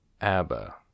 abba